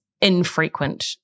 infrequent